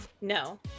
No